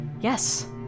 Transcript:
Yes